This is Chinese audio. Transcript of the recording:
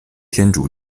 天竺